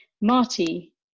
Marty